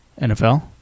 NFL